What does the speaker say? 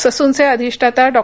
ससूनचे अधिष्ठाता डॉ